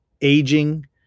aging